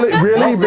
really,